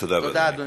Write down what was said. תודה, אדוני.